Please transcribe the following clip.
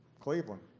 cleveland,